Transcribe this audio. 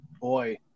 Boy